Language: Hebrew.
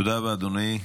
תודה רבה, אדוני.